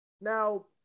Now